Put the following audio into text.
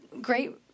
great